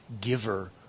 giver